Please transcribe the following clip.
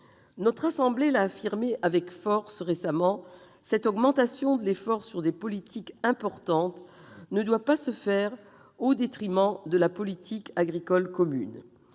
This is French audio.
Notre assemblée l'a affirmé avec force récemment, cette augmentation de l'effort sur des politiques importantes ne doit pas se faire au détriment de la politique agricole commune.